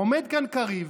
עומד כאן קריב,